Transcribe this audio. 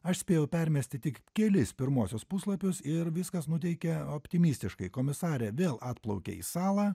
aš spėjau permesti tik kelis pirmuosius puslapius ir viskas nuteikia optimistiškai komisarė vėl atplaukia į salą